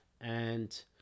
and-